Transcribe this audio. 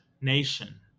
nation